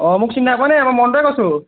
অঁ মোক চিনি নাইপোৱা নি মই মণ্টুৱে কৈছোঁ